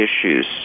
issues